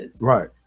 Right